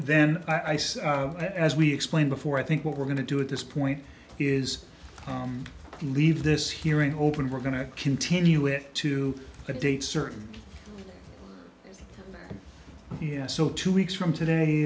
that as we explained before i think what we're going to do at this point is to leave this hearing open we're going to continue it to a date certain so two weeks from today